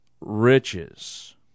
riches